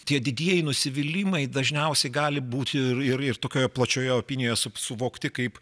tie didieji nusivylimai dažniausiai gali būti ir ir tokioje plačioje opinijos suvokti kaip